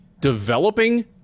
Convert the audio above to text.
developing